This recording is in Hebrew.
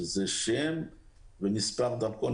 שזה שם ומספר דרכון,